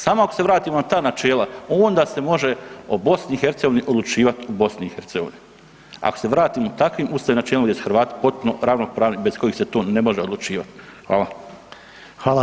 Samo ako se vratimo na ta načela onda se može o BiH odlučivati u BiH, ako se vratimo takvim ustavnim načelima gdje su Hrvati potpuno ravnopravni bez kojih se tu ne može odlučivat.